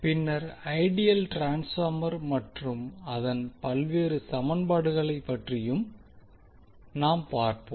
பின்னர் ideal transformer மற்றும் அதன் பல்வேறு சமன்பாடுகளையும் பற்றியும் நாம் பார்ப்போம்